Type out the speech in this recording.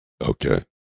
okay